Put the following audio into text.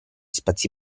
spazi